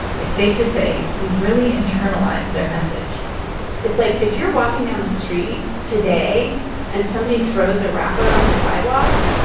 it's safe to say we've really internalized their message it's like, if you're walking down the street today and somebody throws a wrapper on the sidewalk,